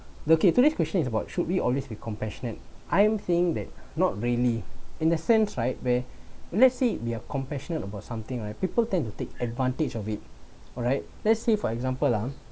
look okay so this question is about should we always be compassionate I'm saying that not really in a sense right where let's say we are compassionate about something right people tend to take advantage of it alright let's say for example lah uh